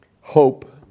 hope